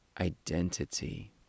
identity